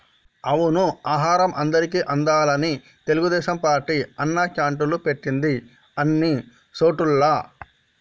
అవును ఆహారం అందరికి అందాలని తెలుగుదేశం పార్టీ అన్నా క్యాంటీన్లు పెట్టింది అన్ని సోటుల్లా